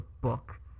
book